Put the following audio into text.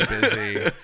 busy